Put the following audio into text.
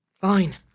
Fine